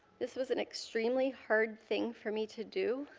this was an extremely hard thing for me to do.